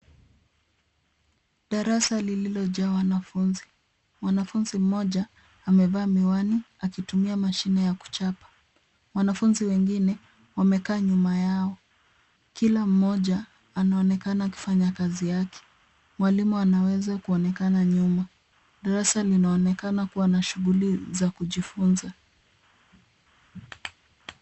Darasa lililojaa wanafunzi. Mwanafunzi mmoja amevaa miwani akitumia mashine ya kuchapa. Wanafunzi wengine wamekaa nyuma yao. Kila mmoja anaonekana akifanya kazi yake. Mwalimu anaweza kuonekana nyuma. Darasa linaonekana kuwa na shughuli za kujifunza.